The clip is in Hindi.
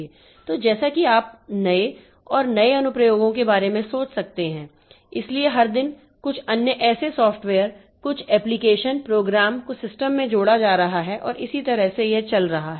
तो जैसा कि आप नए और नए अनुप्रयोगों के बारे में सोच सकते हैं इसलिए हर दिन कुछ अन्य ऐसे सॉफ़्टवेयर कुछ एप्लिकेशन प्रोग्राम को सिस्टम में जोड़ा जा रहा है और इस तरह से यह चल रहा है